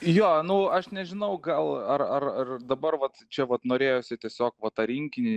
jo nu aš nežinau gal ar ar ar dabar vat čia vat norėjosi tiesiog va tą rinkinį